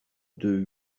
deux